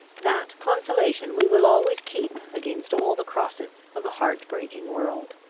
that consolation we will always keep against all the crosses of a heart-breaking world.